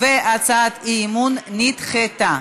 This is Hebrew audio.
הצעת האי-אמון נדחתה.